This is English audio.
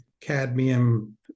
cadmium